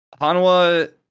Hanwa